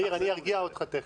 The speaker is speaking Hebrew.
מאיר, אני ארגיע אותך תיכף,